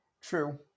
True